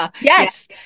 Yes